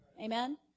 Amen